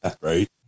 Right